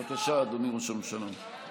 בבקשה, אדוני ראש הממשלה.